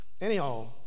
Anyhow